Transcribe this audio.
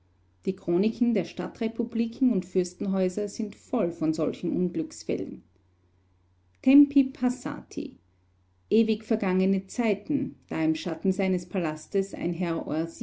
die chroniken der stadtrepubliken und fürstenhäuser sind voll von solchen unglücksfällen tempi passati ewig vergangene zeiten da im schatten seines palastes ein herr